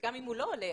וגם אם הוא לא עולה,